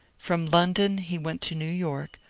from london he went to new york,